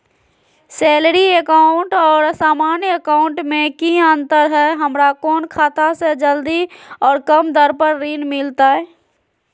Salary account और सामान्य account मे की अंतर है हमरा कौन खाता से जल्दी और कम दर पर ऋण मिलतय?